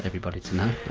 everybody to know,